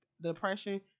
depression